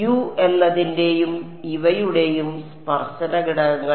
U എന്നതിന്റെയും ഇവയുടെയും സ്പർശന ഘടകങ്ങൾ